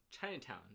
Chinatown